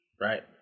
right